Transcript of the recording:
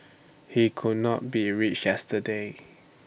he could not be reached yesterday